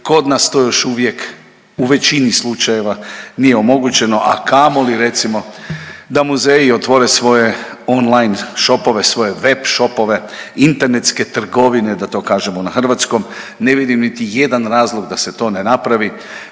Kod nas to još uvijek u većini slučajeva nije omogućeno, a kamoli recimo da muzeji da otvore svoje online shopove, svoje web shopove, internetske trgovine da to kažemo na hrvatskom. Ne vidim niti jedan razlog da se to ne napravi,